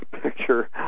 picture